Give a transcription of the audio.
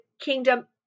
kingdom